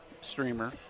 Streamer